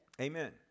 Amen